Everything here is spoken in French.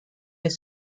est